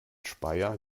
speyer